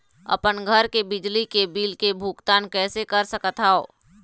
अपन घर के बिजली के बिल के भुगतान कैसे कर सकत हव?